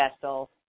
vessel